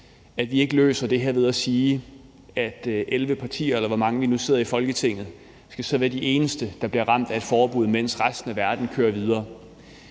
at vi ikke løser det her ved at sige, at 11 partier, eller hvor mange vi nu sidder i Folketinget, skal være de eneste, der så bliver ramt af et forbud, mens resten af verden kører videre.